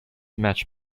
match